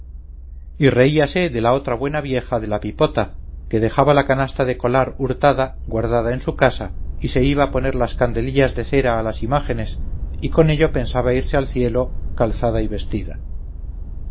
y reíase de la otra buena vieja de la pipota que dejaba la canasta de colar hurtada guardada en su casa y se iba a poner las candelillas de cera a las imágenes y con ello pensaba irse al cielo calzada y vestida